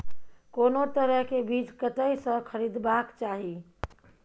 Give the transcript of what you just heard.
कोनो तरह के बीज कतय स खरीदबाक चाही?